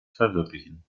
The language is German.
verwirklichen